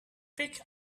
picked